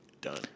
done